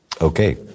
Okay